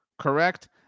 Correct